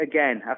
Again